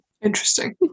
interesting